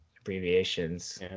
abbreviations